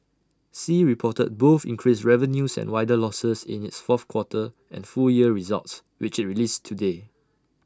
sea reported both increased revenues and wider losses in its fourth quarter and full year results which released today